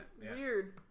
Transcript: weird